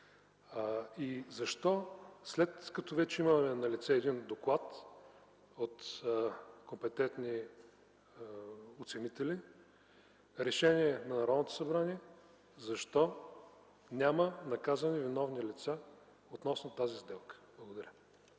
След като имаме вече налице един доклад от компетентни оценители, решение на Народното събрание, защо няма наказани и виновни лица относно тази сделка? Благодаря.